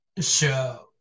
Show